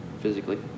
physically